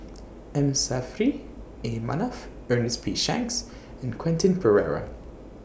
M Saffri A Manaf Ernest P Shanks and Quentin Pereira